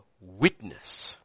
witness